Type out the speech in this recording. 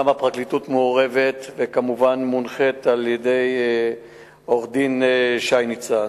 גם הפרקליטות מעורבת וכמובן מונחית על-ידי עורך-הדין שי ניצן.